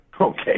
Okay